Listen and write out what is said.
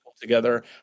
together